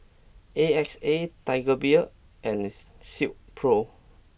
A X A Tiger Beer and Silkpro